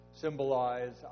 symbolize